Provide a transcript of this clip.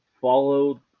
follow